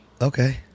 Okay